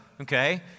okay